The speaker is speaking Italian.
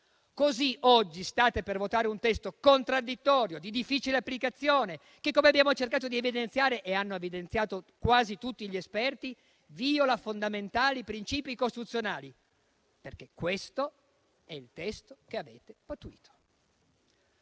così oggi state per votare un testo contraddittorio e di difficile applicazione che - come abbiamo cercato di evidenziare e hanno evidenziato quasi tutti gli esperti - viola fondamentali principi costituzionali, perché questo è il testo che avete pattuito.